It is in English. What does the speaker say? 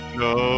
no